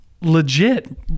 legit